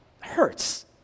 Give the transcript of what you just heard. hurts